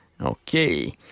Okay